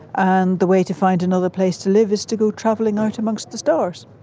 and the way to find another place to live is to go travelling out amongst the stars.